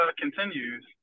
continues